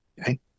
okay